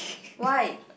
why